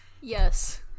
Yes